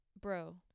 bro